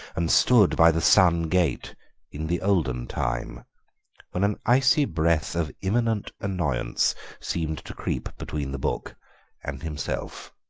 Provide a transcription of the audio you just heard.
and stood by the sun gate in the olden time when an icy breath of imminent annoyance seemed to creep between the book and himself.